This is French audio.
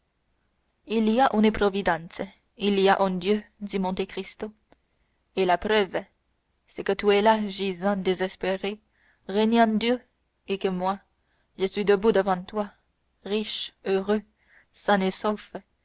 il y a une providence il y a un dieu dit monte cristo et la preuve c'est que tu es là gisant désespéré reniant dieu et que moi je suis debout devant toi riche heureux sain et